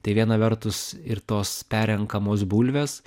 tai viena vertus ir tos perrenkamos bulvės